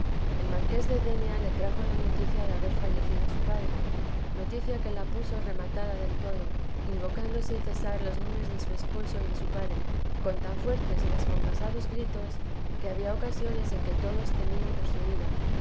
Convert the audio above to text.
el marqués de denia le trajo la noticia de haber fallecido su padre noticia que la puso rematada del todo invocando sin cesar los nombres de su esposo y de su padre con tan fuertes y descompasados gritos que habia ocasiones en que todos temian por su vida